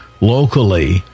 locally